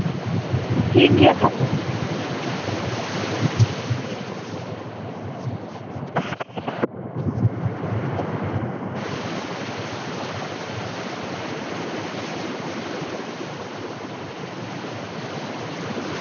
ᱴᱷᱤᱠ ᱜᱮᱭᱟ ᱛᱟᱦᱞᱮ